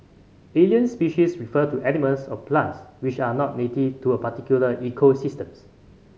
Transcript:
alien species refer to animals or plants which are not native to a particular ecosystems